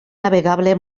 navegable